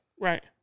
Right